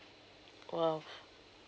!wow!